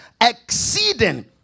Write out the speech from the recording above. exceeding